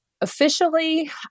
Officially